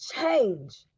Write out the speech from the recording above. change